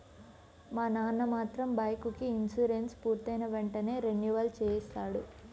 మా నాన్న మాత్రం బైకుకి ఇన్సూరెన్సు పూర్తయిన వెంటనే రెన్యువల్ చేయిస్తాడు